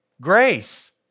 grace